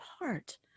heart